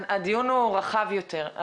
אבל הדיון רחב יותר.